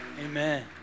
Amen